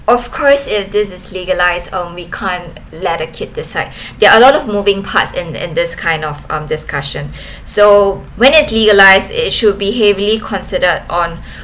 of course if this is legalise um we can't let a kid decide there are a lot of moving parts in in this kind of um discussion so when it's legalise it should be heavily considered on